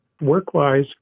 Work-wise